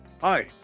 hi